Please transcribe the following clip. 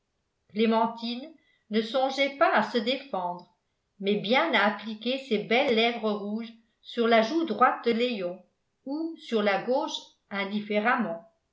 clémentine ne songeait pas à se défendre mais bien à appliquer ses belles lèvres rouges sur la joue droite de léon ou sur la gauche indifféremment